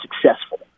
successful